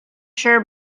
sure